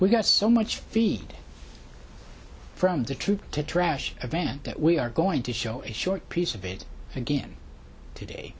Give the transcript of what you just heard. we got so much feed from the truth to trash event that we are going to show a short piece of it again today